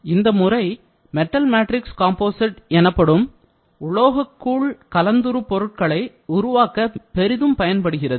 ஆனாலும் இந்த முறை மெட்டல் மேட்ரிக்ஸ் காம்போசிட் எனப்படும் உலோகக்கூழ் கலந்துரு பொருட்களை உருவாக்க பெரிதும் பயன்படுகிறது